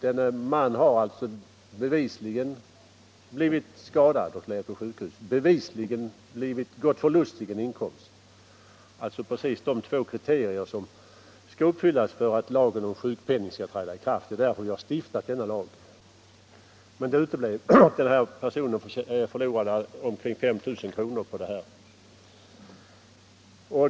Mannen har bevisligen blivit skadad och legat på sjukhus, han har bevisligen gått förlustig en inkomst — precis de två kriterier som skall uppfyllas för att lagen om sjukpenning skall träda i kraft. Det är därför vi har stiftat lagen. Personen förlorade nu omkring 5 000 kr.